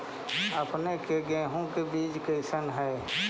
अपने के गेहूं के बीज कैसन है?